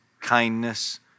kindness